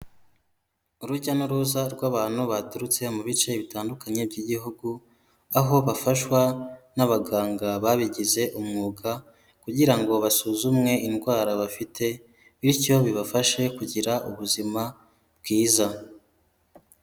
Urujya n'uruza rw'abantu baturutse mu bice bitandukanye by'igihugu, aho bafashwa n'abaganga babigize umwuga kugira ngo basuzumwe indwara bafite bityo bibafashe kugira ubuzima bwiza.